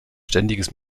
ständiges